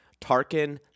Tarkin